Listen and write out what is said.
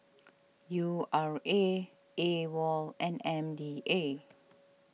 U R A Awol and M D A